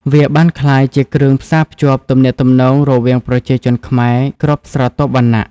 វាបានក្លាយជាគ្រឿងផ្សារភ្ជាប់ទំនាក់ទំនងរវាងប្រជាជនខ្មែរគ្រប់ស្រទាប់វណ្ណៈ។